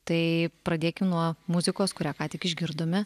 tai pradėkim nuo muzikos kurią ką tik išgirdome